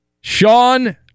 Sean